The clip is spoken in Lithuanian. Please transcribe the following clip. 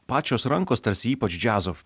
pačios rankos tarsi ypač džiazo